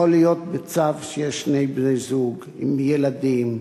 יכול להיות מצב שיש שני בני-זוג, עם ילדים,